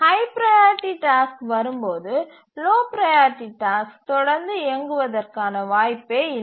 high priority task வரும்போது low priority task தொடர்ந்து இயங்குவதற்கான வாய்ப்பே இல்லை